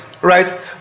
right